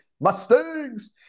mustangs